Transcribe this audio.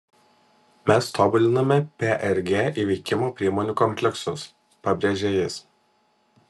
mes tobuliname prg įveikimo priemonių kompleksus pabrėžė jis